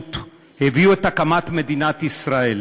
ונחישות הביאו להקמת מדינת ישראל.